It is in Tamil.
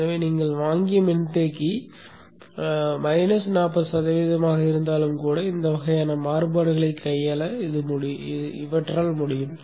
எனவே நீங்கள் வாங்கிய மின்தேக்கி மைனஸ் நாற்பது சதவிகிதமாக இருந்தாலும் கூட இந்த வகையான மாறுபாடுகளைக் கையாள முடியும்